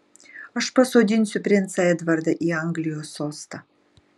aš pasodinsiu princą edvardą į anglijos sostą